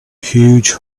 huge